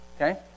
okay